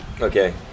okay